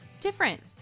different